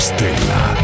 Stella